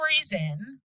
reason